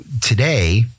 today